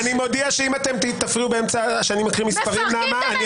14,361 עד 14,380, מי בעד?